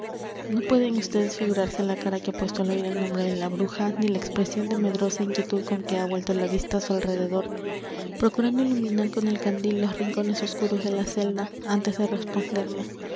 no pueden ustedes figurarse la cara que ha puesto al oir el nombre de la bruja ni la expresión de medrosa inquietud con que ha vuelto la vista á su alrededor procurando iluminar con el candil los rincones oscuros de la celda antes de responderme